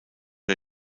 der